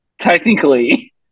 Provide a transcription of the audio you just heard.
Technically